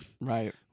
Right